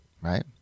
right